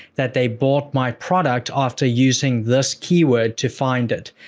that they bought my product after using this keyword to find it.